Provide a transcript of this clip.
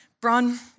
Bron